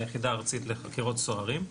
ליחידה ארצית לחקירות סוהרים.